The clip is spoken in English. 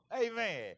amen